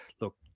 Look